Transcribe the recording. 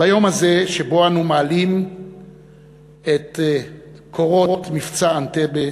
ביום הזה שבו אנו מעלים את קורות "מבצע אנטבה"